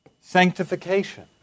sanctification